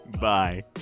Bye